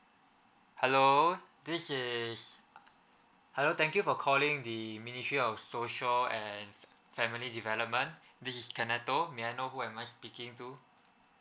hello this is hello thank you for calling the ministry of social and family development this is kaneto may i know who am I speaking to